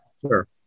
sure